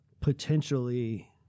potentially